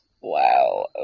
Wow